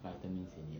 vitamins in it